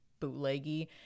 bootleggy